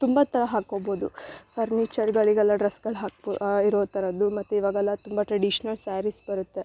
ತುಂಬ ಥರ ಹಾಕೋಬೌದು ಫರ್ನಿಚರ್ಗಳಿಗೆಲ್ಲ ಡ್ರೆಸ್ಗಳು ಹಾಕ್ಬೋ ಇರೋತಥರದ್ದು ಮತ್ತು ಇವಾಗೆಲ್ಲ ತುಂಬ ಟ್ರಡಿಷ್ನಲ್ ಸ್ಯಾರೀಸ್ ಬರುತ್ತೆ